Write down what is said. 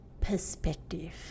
perspective